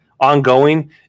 ongoing